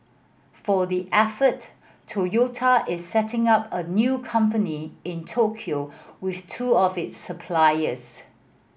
for the effort Toyota is setting up a new company in Tokyo with two of its suppliers